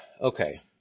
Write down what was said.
okay